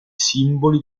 simboli